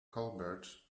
colbert